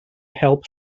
help